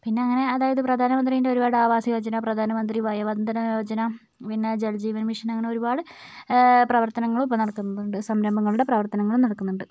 പിന്നെ അങ്ങനെ അതായത് പ്രധാനമന്ത്രിൻ്റെ ഒരുപാട് ആവാസ് യോജന പ്രധാനമന്ത്രി വയോവന്ദന യോജന പിന്നെ ജലജീവൻ മിഷൻ അങ്ങനെ ഒരുപാട് പ്രവർത്തനങ്ങളും ഇപ്പോൾ നടക്കുന്നുണ്ട് സംരംഭങ്ങളുടെ പ്രവർത്തനങ്ങളും നടക്കുന്നുണ്ട്